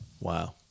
Wow